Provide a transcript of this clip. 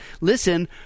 Listen